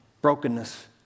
brokenness